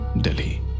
Delhi